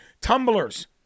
Tumblers